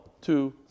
two